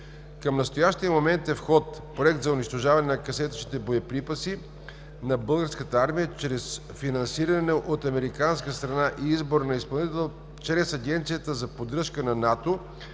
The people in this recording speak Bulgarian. Към настоящия момент е в ход проект за унищожаване на касетъчните боеприпаси на Българската армия чрез финансиране от американска страна и избор на изпълнител чрез Агенцията за поддръжка на НАТО